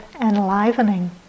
enlivening